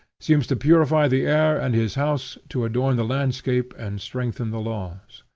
seems to purify the air and his house to adorn the landscape and strengthen the laws.